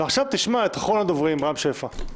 ועכשיו, תשמע את אחרון הדוברים, רם שפע.